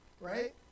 right